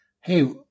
Hey